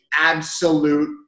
absolute